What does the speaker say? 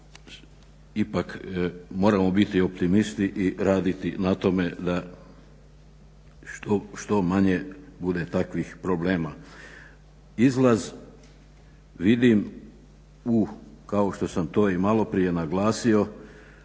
ipak moramo biti optimisti i raditi na tome da što manje bude takvih problema. Izlaz vidim kao što sam to malo prije naglasio